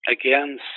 again